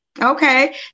Okay